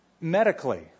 medically